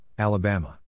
Alabama